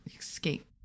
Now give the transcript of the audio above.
escape